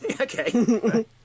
Okay